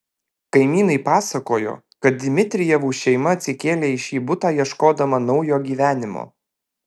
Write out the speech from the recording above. kaimynai pasakojo kad dmitrijevų šeima atsikėlė į šį butą ieškodama naujo gyvenimo